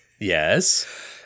Yes